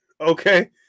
Okay